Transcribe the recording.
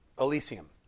Elysium